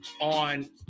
on